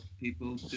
people